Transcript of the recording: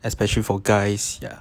especially for guys ya